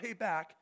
payback